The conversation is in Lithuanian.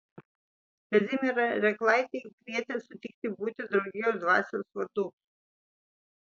kazimierą rėklaitį kvietė sutikti būti draugijos dvasios vadu